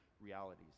realities